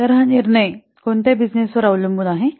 तर हा निर्णय कोणत्या बिजिनेसवर अवलंबून आहे